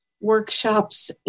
workshops